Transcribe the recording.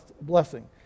blessing